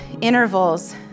intervals